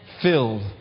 Filled